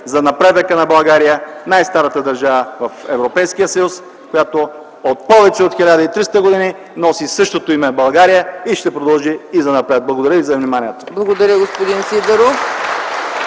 за напредъка на България – най-старата държава в Европейския съюз, която повече от 1300 години носи същото име – България, и това ще продължи и занапред! Благодаря за вниманието. (Ръкопляскания от